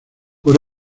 por